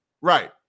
Right